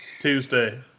Tuesday